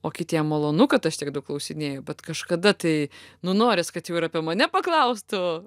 o kitiem malonu kad aš tiek daug klausinėju bet kažkada tai nu noris kad jau ir apie mane paklaustų